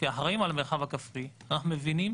כאחראיים על המרחב הכפרי, אנחנו מבינים